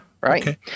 right